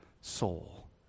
soul